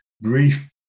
brief